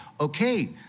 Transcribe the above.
okay